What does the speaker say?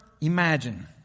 imagine